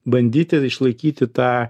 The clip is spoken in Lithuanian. bandyti išlaikyti tą